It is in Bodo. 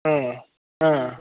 औ